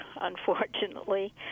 unfortunately